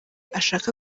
ashaka